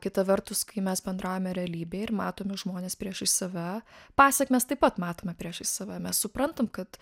kita vertus kai mes bendraujame realybėj ir matome žmones priešais save pasekmes taip pat matome priešais save mes suprantam kad